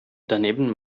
daneben